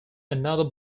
another